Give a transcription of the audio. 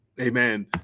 amen